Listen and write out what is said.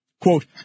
Quote